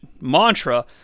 mantra